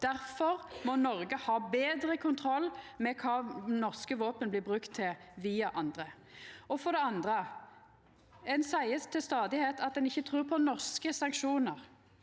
difor må Noreg ha betre kontroll med kva norske våpen blir brukte til via andre. For det andre: Ein seier til stadigheit at ein ikkje trur på norske sanksjonar.